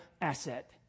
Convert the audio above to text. asset